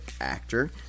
actor